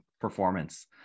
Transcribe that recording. performance